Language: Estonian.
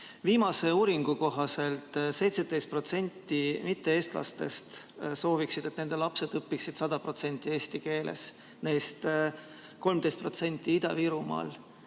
Viimase uuringu kohaselt 17% mitte-eestlastest sooviksid, et nende lapsed õpiksid sada protsenti eesti keeles, neist 13% Ida-Virumaal,